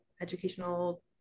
educational